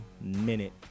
minute